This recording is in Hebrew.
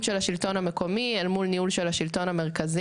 של השלטון המקומי אל מול ניהול של השלטון המרכזי.